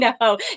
No